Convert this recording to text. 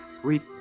sweet